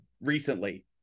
recently